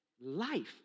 life